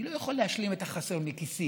אני לא יכול להשלים את החסר מכיסי.